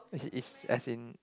is as in